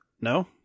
no